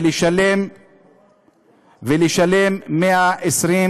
לשלם 125